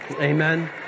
Amen